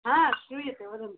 श्रूयते वदन्तु